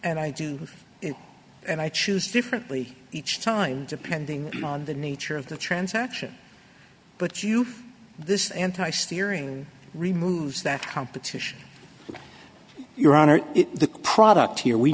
and i do and i choose differently each time depending on the nature of the transaction but you this anti steering removes that competition your honor the product here we